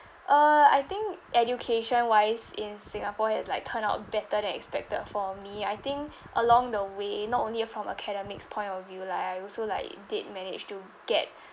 uh I think education wise in singapore has like turned out better than expected for me I think along the way not only from academics point of view like I also like did manage to get